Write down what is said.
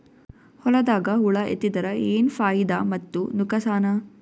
ಹೊಲದಾಗ ಹುಳ ಎತ್ತಿದರ ಏನ್ ಫಾಯಿದಾ ಮತ್ತು ನುಕಸಾನ?